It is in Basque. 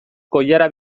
koilara